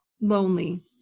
lonely